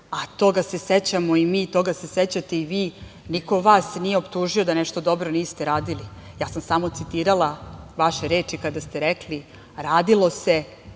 a toga se sećamo i mi, toga se sećate i vi. Niko vas nije optužio da nešto dobro niste radili. Samo sam citirala vaše reči, kada ste rekli, radilo se,